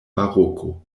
baroko